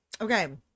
okay